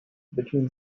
between